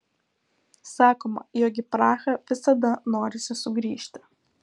sakoma jog į prahą visada norisi sugrįžti